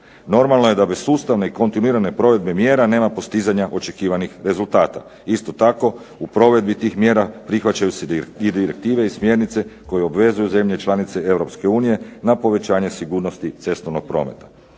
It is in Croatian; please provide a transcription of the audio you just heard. Normalno je da bez sustavne i kontinuirane provedbe mjera nema postizanja očekivanih rezultata. Isto tako, u provedbi tih mjera prihvaćaju se i direktive i smjernice koje obvezuju zemlje članice Europske unije na povećanje sigurnosti cestovnog prometa.